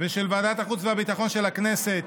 ושל ועדת החוץ והביטחון של הכנסת,